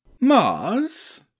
Mars